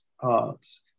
parts